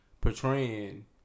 portraying